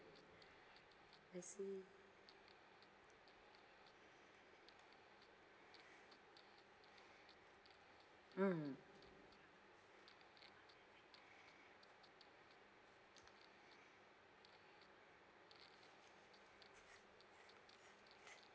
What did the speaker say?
I see mm